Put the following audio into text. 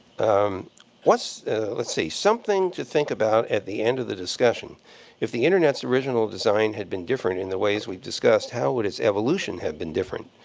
um what's let's see. something to think about at the end of the discussion if the internet's original design had been different in the ways we've discussed, how would its evolution have been different?